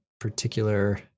particular